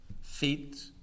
Feet